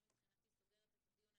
אני מבחינתי סוגרת את הדיון.